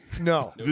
No